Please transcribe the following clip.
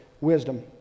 wisdom